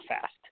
fast